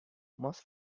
most